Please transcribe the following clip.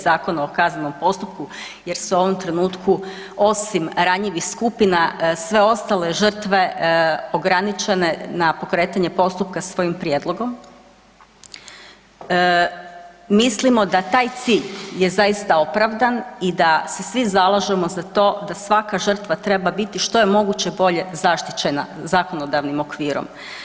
Zakona o kaznenom postupku, jer se u ovom trenutku, osim ranjivih skupina, sve ostale žrtve ograničenje na pokretanje postupka svojim prijedlogom, mislimo da taj cilj je zaista opravdan i da se svi zalažemo za to da svaka žrtva treba biti zaštićena zakonodavnim okvirom.